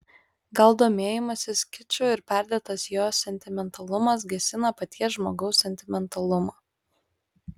gal domėjimasis kiču ir perdėtas jo sentimentalumas gesina paties žmogaus sentimentalumą